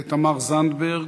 תמר זנדברג,